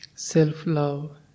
Self-love